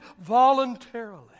voluntarily